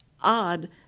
odd